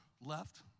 left